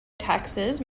taxes